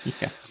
Yes